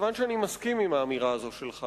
מכיוון שאני מסכים עם האמירה הזאת שלך,